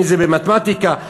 אם במתמטיקה.